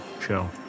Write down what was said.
show